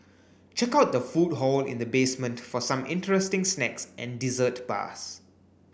check out the food hall in the basement for some interesting snacks and dessert bars